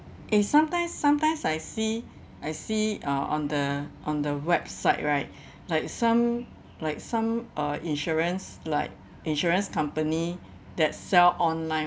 eh sometimes sometimes I see I see uh on the on the website right like some like some uh insurance like insurance company that sell online